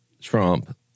Trump